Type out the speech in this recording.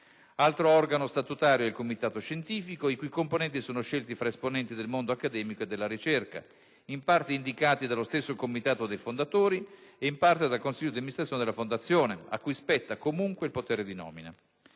Altro organo statutario è il comitato scientifico, i cui componenti sono scelti tra esponenti del mondo accademico e della ricerca, in parte indicati dallo stesso comitato dei fondatori e in parte dal consiglio di amministrazione della Fondazione, a cui spetta, comunque, il potere di nomina.